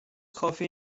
کافی